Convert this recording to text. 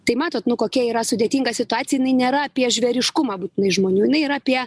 tai matot nu kokia yra sudėtinga situacija jinai nėra apie žvėriškumą būtinai žmonių jinai yra apie